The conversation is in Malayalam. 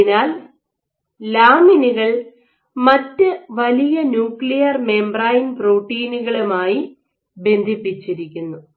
അതിനാൽ ലാമിനുകൾ മറ്റ് വലിയ ന്യൂക്ലിയർ മെംബ്രൻ പ്രോട്ടീനുകളുമായി ബന്ധിപ്പിച്ചിരിക്കുന്നു